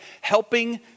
helping